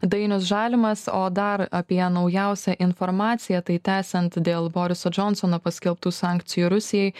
dainius žalimas o dar apie naujausią informaciją tai tęsiant dėl boriso džonsono paskelbtų sankcijų rusijai